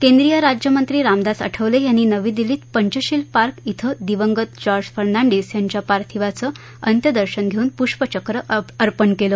केंद्रियराज्यमंत्री रामदास आठवले यांनी नवी दिल्लीत पंचशील पार्क इथं दिवंगत जॉर्ज फर्नांडिस यांच्या पार्थिवाचे अंत्यदर्शन घेऊन पुष्पचक्र अर्पण केलं